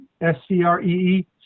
S-C-R-E-E